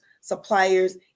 suppliers